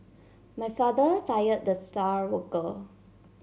my father fire the star worker